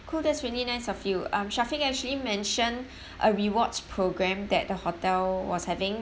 cool that's really nice of you um shaffiq actually mentioned a rewards program that the hotel was having